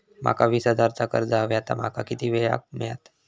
माका वीस हजार चा कर्ज हव्या ता माका किती वेळा क मिळात?